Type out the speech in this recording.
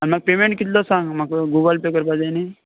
आनी म्हाका पेमेंट कितलो तो सांग म्हाका गुगल पे करपाक जाय न्हय